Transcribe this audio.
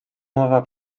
mowa